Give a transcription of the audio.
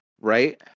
Right